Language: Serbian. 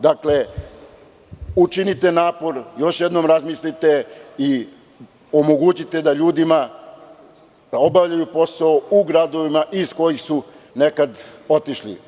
Dakle, učinite napor, još jednom razmislite i omogućite ljudima da obavljaju posao u gradovima iz kojih su nekad otišli.